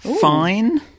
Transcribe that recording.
Fine